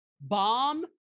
bomb